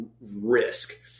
risk